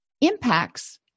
impacts